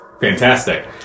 fantastic